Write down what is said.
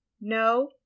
No